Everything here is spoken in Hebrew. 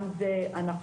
גם זה אנחנו